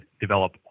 develop